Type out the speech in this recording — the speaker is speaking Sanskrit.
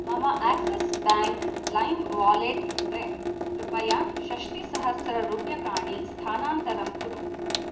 मम आक्सिस् बेङ्क् लैम् वालेट् कृते कृपया षष्टिसहस्ररूप्यकाणि स्थानान्तरं कुरु